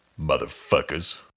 motherfuckers